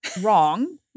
Wrong